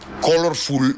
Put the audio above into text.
colorful